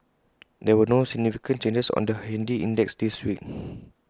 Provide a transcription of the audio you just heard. there were no significant changes on the handy index this week